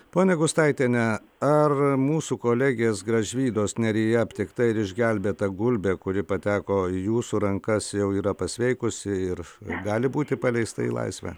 ponia gustaitiene ar mūsų kolegės gražvydos neryje aptikta ir išgelbėta gulbė kuri pateko į jūsų rankas jau yra pasveikusi ir ir gali būti paleista į laisvę